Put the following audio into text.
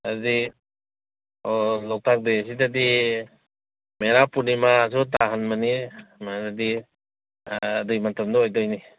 ꯑꯗꯨꯗꯤ ꯑꯣ ꯂꯣꯛꯇꯥꯛ ꯗꯦꯁꯤꯗꯗꯤ ꯃꯦꯔꯥ ꯄꯨꯔꯅꯤꯃꯥꯁꯨ ꯇꯥꯍꯟꯕꯅꯤ ꯈꯔ ꯑꯗꯨ ꯃꯇꯝꯗ ꯑꯣꯏꯗꯣꯏꯅꯦ